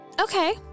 Okay